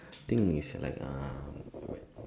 think is like ah what